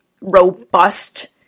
robust